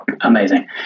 Amazing